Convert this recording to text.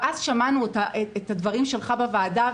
שמענו אז את הדברים שלך בוועדה,